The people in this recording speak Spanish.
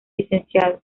lic